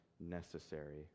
necessary